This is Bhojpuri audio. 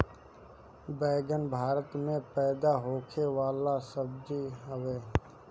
बैगन भारत में पैदा होखे वाला सब्जी हवे